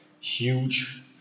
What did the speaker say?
huge